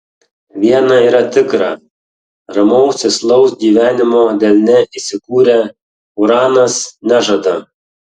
viena yra tikra ramaus sėslaus gyvenimo delne įsikūrę uranas nežada